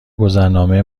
گذرنامه